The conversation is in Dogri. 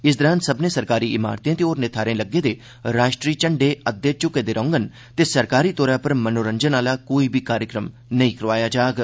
इस दौरान सब्मनें सरकारी इमारते ते होरने थाहरें लग्गे दे राष्ट्री झंडे अद्दे झुके दे रौंहडन ते सरकारी तौर पर मनोरंजन आह्ला कोई बी कार्यक्रम नेई करोआया जाग